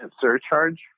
surcharge